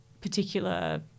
particular